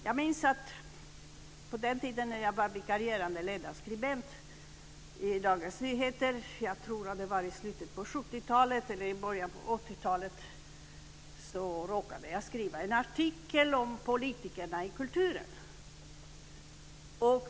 Jag minns att när jag var vikarierande ledarskribent i Dagens Nyheter - jag tror att det var i slutet av 70-talet eller i början av 80-talet - råkade jag skriva en artikel om politikerna i kulturen.